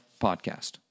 podcast